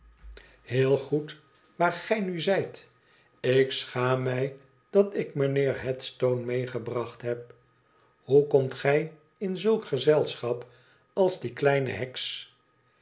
heel goed waar gij nuzijt ik schaam mij dat ik mijnheer headstone meegebracht heb hoe komt gij in sulk gezelschap als die kleine heks